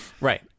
Right